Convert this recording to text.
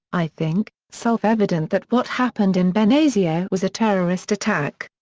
i think, self-evident that what happened in benghazi ah was a terrorist attack.